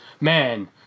man